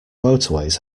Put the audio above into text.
motorways